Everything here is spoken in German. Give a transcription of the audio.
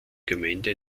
gemeinde